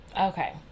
Okay